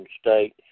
state